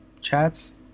chats